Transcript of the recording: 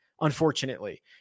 unfortunately